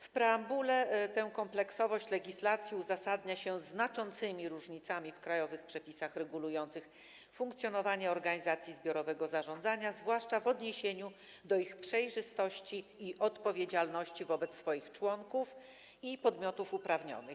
W preambule tę kompleksowość legislacji uzasadnia się znaczącymi różnicami w krajowych przepisach regulujących funkcjonowanie organizacji zbiorowego zarządzania, zwłaszcza w odniesieniu do ich przejrzystości i odpowiedzialności wobec swoich członków i podmiotów uprawnionych.